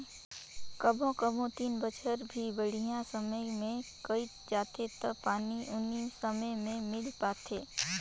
कभों कभों तीन बच्छर भी बड़िहा समय मे कइट जाथें त पानी उनी समे मे मिल पाथे